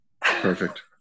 Perfect